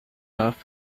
earth